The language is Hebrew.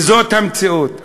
וזו המציאות.